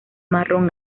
marrón